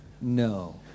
No